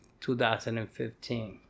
2015